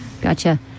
Gotcha